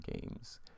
Games